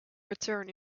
return